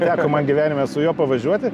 teko man gyvenime su juo pavažiuoti